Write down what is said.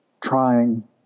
trying